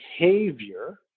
behavior